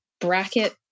bracket